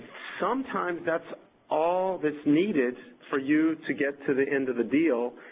sometimes, that's all that's needed for you to get to the end of the deal,